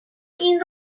این